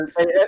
Hey